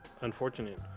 unfortunate